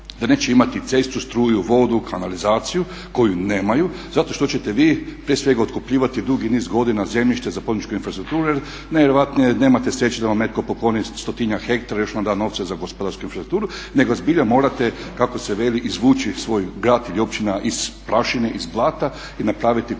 da neće imati cestu, struju, vodu, kanalizaciju koju nemaju zato što ćete vi prije svega otkupljivati dugu niz godina zemljište za … infrastrukture, najvjerojatnije nemate sreće da vam netko pokloni stotinjak hektara, još vam da novce za gospodarsku infrastrukturu nego zbilja morate kako se veli izvući svoj grad ili općinu iz prašine iz blata i napraviti komunalnu